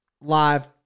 live